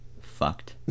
Fucked